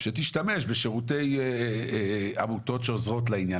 שתשתמש בשירותי העמותות שעוזרות לעניין.